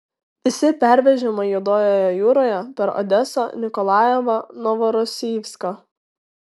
visi pervežimai juodojoje jūroje per odesą nikolajevą novorosijską